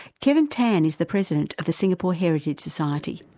kevin tan is the president of the singapore heritage society.